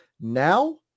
Now